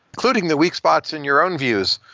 including the weak spots in your own views.